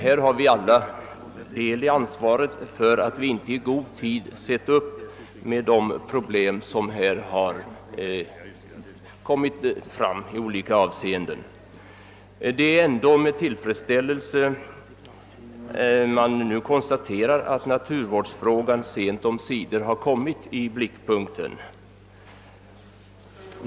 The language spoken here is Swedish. Vi har alla del i ansvaret för att vi inte i god tid sett upp med de problem som kommit fram i olika avseenden. Det är ändå med tillfredsställelse man konstaterar att naturvårdsfrågan sent omsider kommit i blickpunkten.